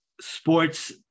sports